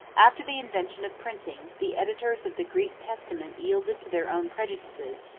after the invention of printing, the editors of the greek testament yielded to their own prejudices,